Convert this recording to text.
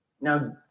Now